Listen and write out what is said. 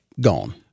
gone